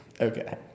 Okay